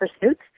pursuits